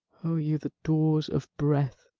o you the doors of breath,